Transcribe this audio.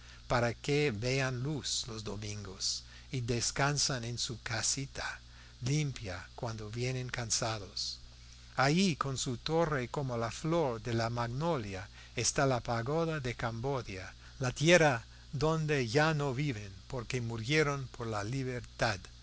para que vean luz los domingos y descansen en su casita limpia cuando vienen cansados allí con su torre como la flor de la magnolia está la pagoda de cambodia la tierra donde ya no viven porque murieron por la libertad